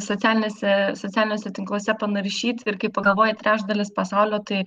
socialiniuose socialiniuose tinkluose panaršyt ir kai pagalvoji trečdalis pasaulio tai